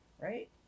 Right